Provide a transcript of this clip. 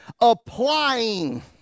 applying